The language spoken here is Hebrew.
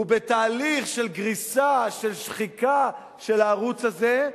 הוא בתהליך של גריסה, של שחיקה של הערוץ הזה,